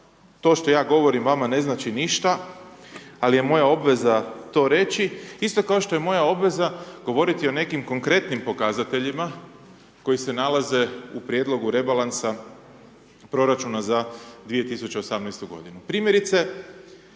to što ja govorim vama ne znači ništa, ali je moja obveza to reći, isto kao što je moja obveza govoriti o nekim konkretnim pokazateljima, koji se nalaze u Prijedlogu rebalansa proračuna za 2018. godinu. Primjerice,